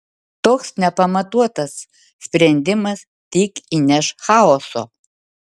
toks nepamatuotas sprendimas tik įneš chaoso